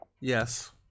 Yes